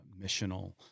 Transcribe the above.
missional